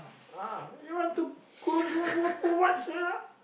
ah you want to go you want more for what sia